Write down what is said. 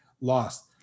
lost